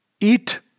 eat